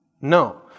No